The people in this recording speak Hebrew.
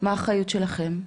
מה האחריות שלכם?